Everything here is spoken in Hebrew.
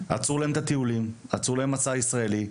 עצרו להם את הטיולים, עצרו להם מסע ישראלי,